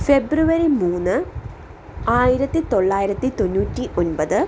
ഫെബ്രുവരി മൂന്ന് ആയിരത്തി തൊള്ളായിരത്തി തൊണ്ണൂറ്റി ഒൻപത്